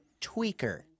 tweaker